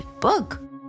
book